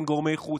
כן, גורמי חוץ.